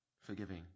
forgiving